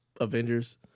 Avengers